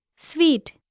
sweet